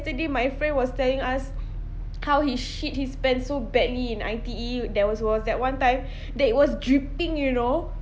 yesterday my friend was telling us how he shit his pants so badly in I_T_E there was that one time that it was dripping you know